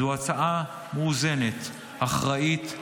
זו הצעה מאוזנת ואחראית,